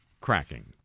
cracking